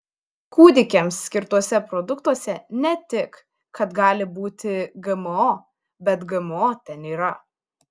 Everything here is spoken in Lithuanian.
kūdikiams skirtuose produktuose ne tik kad gali būti gmo bet gmo ten yra